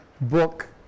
book